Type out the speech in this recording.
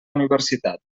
universitat